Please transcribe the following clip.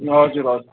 हजुर हजुर